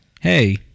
Hey